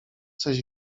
coś